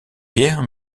pierre